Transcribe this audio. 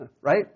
right